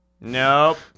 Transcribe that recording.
Nope